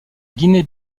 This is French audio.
guinée